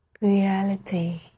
reality